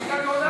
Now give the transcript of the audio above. שתיקה כהודאה.